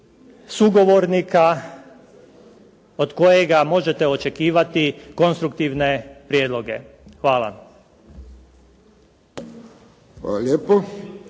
sugovornika od kojega možete očekivati konstruktivne prijedloge. Hvala.